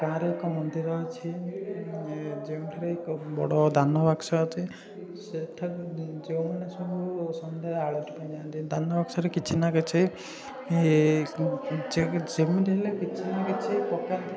ଆମ ଗାଁରେ ଏକ ମନ୍ଦିର ଅଛି ଯେଉଁଠାରେ ଏକ ବଡ଼ ଦାନବାକ୍ସ ଅଛି ସେଠାରେ ଯେଉଁମାନେ ସବୁ ସନ୍ଧ୍ୟା ଆଳତି ପାଇଁ ଯାଆନ୍ତି ଦାନବାକ୍ସରେ କିଛି ନା କିଛି ଏ ଯେମିତି ହେଲେ କିଛ ନା କିଛି ପକାନ୍ତି